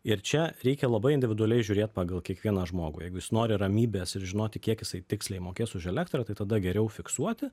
ir čia reikia labai individualiai žiūrėt pagal kiekvieną žmogų jeigu jis nori ramybės ir žinoti kiek jisai tiksliai mokės už elektrą tai tada geriau fiksuoti